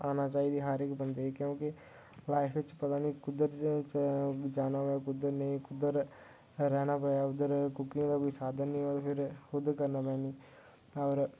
आना चाहिदी हर इक बंदे ई क्योंकि लाइफ च पता निं कुद्धर जाना होऐ कुद्धर नेईं रहना पवै उद्धर कुकिंग दा फिर खुद करना पैना